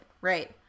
Right